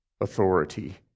authority